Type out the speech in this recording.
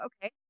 okay